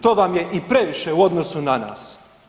To vam je i previše u odnosu na nas.